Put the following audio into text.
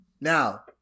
Now